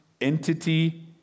entity